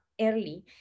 early